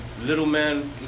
Littleman